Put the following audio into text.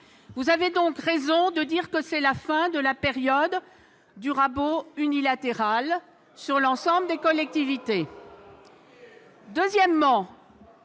Vous avez donc raison de dire que c'est la fin de la période du rabot unilatéral sur l'ensemble des collectivités.